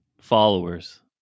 followers